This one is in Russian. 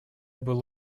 был